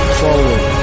forward